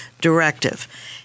directive